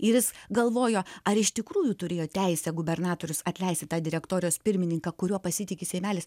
ir jis galvojo ar iš tikrųjų turėjo teisę gubernatorius atleisti tą direktorijos pirmininką kuriuo pasitiki seimelis